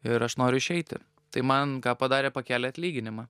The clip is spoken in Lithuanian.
ir aš noriu išeiti tai man ką padarė pakėlė atlyginimą